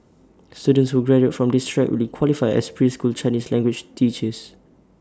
students who graduate from this track will qualify as preschool Chinese language teachers